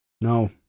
No